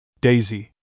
Daisy